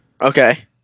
Okay